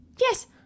Yes